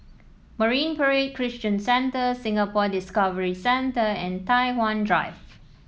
Marine Parade Christian Centre Singapore Discovery Centre and Tai Hwan Drive